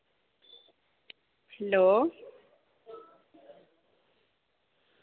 hello